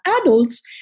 Adults